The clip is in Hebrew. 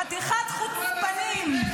חתיכת חוצפנים.